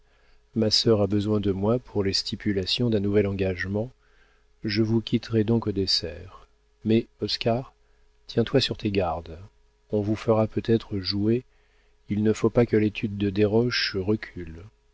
ma sœur a besoin de moi pour les stipulations d'un nouvel engagement je vous quitterai donc au dessert mais oscar tiens-toi sur tes gardes on vous fera peut-être jouer il ne faut pas que l'étude de desroches recule